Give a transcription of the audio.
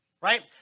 right